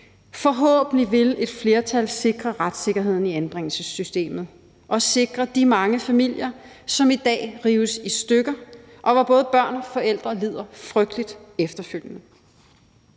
Forhåbentlig vil et flertal sikre retssikkerheden i anbringelsessystemet og sikre de mange familier, som i dag rives i stykker, og hvor både børn og forældre lider frygteligt efterfølgende.